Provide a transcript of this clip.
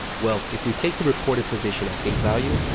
well, if we take the reported position at face-value,